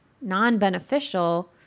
non-beneficial